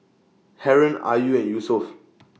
Haron Ayu and Yusuf